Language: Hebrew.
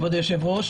כבוד היושב-ראש,